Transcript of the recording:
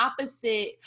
opposite